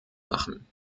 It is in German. machen